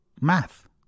math